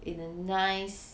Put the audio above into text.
in a nice